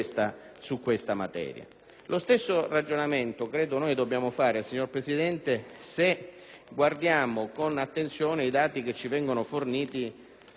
Lo stesso ragionamento vale, signor Presidente, se guardiamo con attenzione ai dati che ci vengono forniti sulla presenza